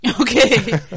Okay